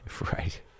Right